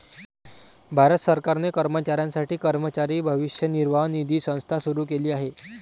भारत सरकारने कर्मचाऱ्यांसाठी कर्मचारी भविष्य निर्वाह निधी संस्था सुरू केली आहे